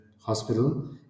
hospital